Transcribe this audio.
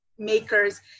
makers